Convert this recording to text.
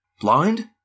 Blind